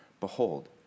Behold